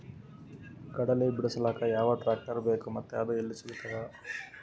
ಕಡಲಿ ಬಿಡಿಸಲಕ ಯಾವ ಟ್ರಾಕ್ಟರ್ ಬೇಕ ಮತ್ತ ಅದು ಯಲ್ಲಿ ಸಿಗತದ?